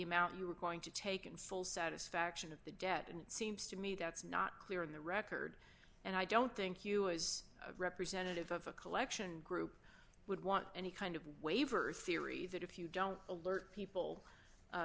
amount you were going to take in full satisfaction of the debt and it seems to me that's not clear in the record and i don't think you as a representative of a collection group would want any kind of waiver theory that if you don't alert people